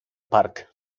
park